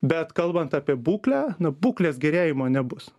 bet kalbant apie būklę na būklės gerėjimo nebus